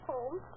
Home